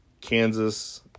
Kansas